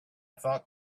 thought